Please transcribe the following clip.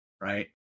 right